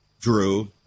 Drew